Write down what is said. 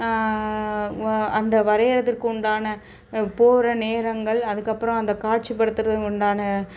வ அந்த வரைகிறதுக்கு உண்டான போகிற நேரங்கள் அதுக்கப்புறம் அந்த காட்சிப்படுத்துகிறதுக்கு உண்டான